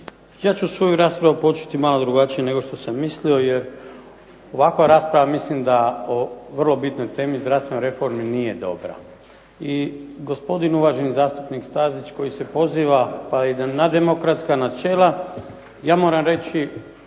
Ja ću svoju raspravu početi malo drugačije nego što sam mislio jer ovakva rasprava mislim da o vrlo bitnoj temi zdravstvenoj reformi nije dobra. I gospodin uvaženi zastupnik Stazić koji se poziva pa i na demokratska načela ja moram reći,